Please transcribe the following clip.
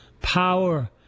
power